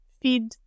feed